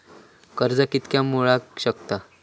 कर्ज कितक्या मेलाक शकता?